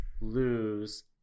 lose